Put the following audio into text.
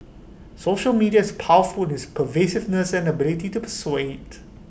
social media is powerful its pervasiveness and ability to persuade